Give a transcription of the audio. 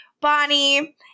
Bonnie